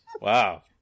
Wow